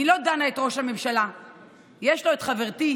לא, אבל יש גבול.